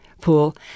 pool